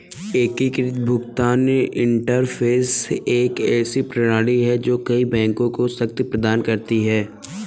एकीकृत भुगतान इंटरफ़ेस एक ऐसी प्रणाली है जो कई बैंकों को शक्ति प्रदान करती है